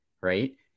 right